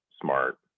smart